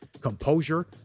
composure